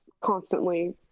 constantly